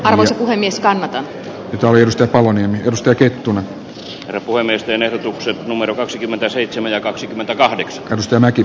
arvoisa puhemies kannata paljosta halonen tutustui kettunen hirvuellisten ehdotuksen numero kaksikymmentäseitsemän ja kaksikymmentäkahdeksan ristimäki